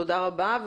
תודה רבה,